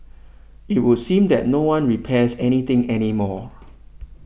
it would seem that no one repairs any thing any more